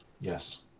yes